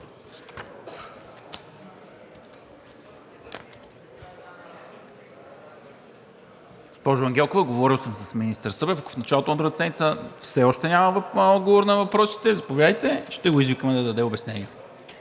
Ангелкова, говорил съм с министър Събев и ако в началото на другата седмица все още няма отговор на въпросите, заповядайте и ще го извикаме да даде обяснение.